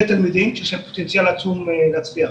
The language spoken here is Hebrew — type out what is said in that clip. תלמידים שיש להם פוטנציאל עצום להצליח.